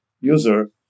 user